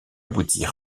aboutit